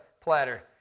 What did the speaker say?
platter